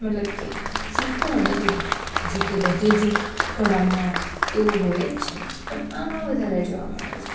મતલબ કે શીખવું અને સુધારવું જોકે બધી જ કળામાં એવું હોય જ છે પણ આમાં વધારે જોવા મળે છે